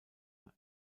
und